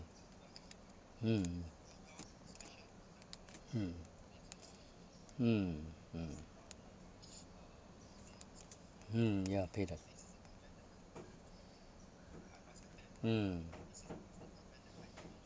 mm mm mm mm hmm ya pay the mm